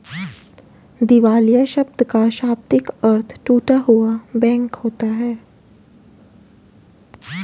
दिवालिया शब्द का शाब्दिक अर्थ टूटा हुआ बैंक होता है